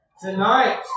Tonight